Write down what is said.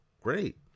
great